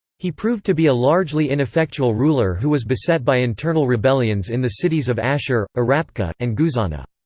he proved to be a largely ineffectual ruler who was beset by internal rebellions in the cities of ashur, arrapkha, and guzana.